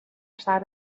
side